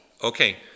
Okay